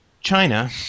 China